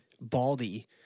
Baldy